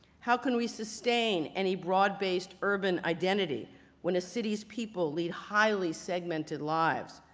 how can we sustain any broad based urban identity when a city's people lead highly segmented lives?